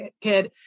kid